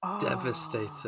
devastated